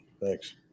Thanks